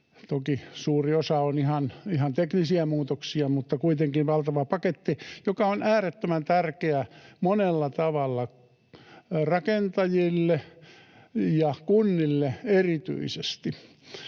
toki suuri osa on ihan teknisiä muutoksia, mutta kuitenkin valtava paketti — joka on äärettömän tärkeä monella tavalla rakentajille ja kunnille erityisesti,